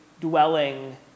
dwelling